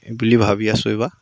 সেইবুলি ভাবি আছোঁ এইবাৰ